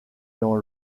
dans